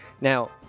Now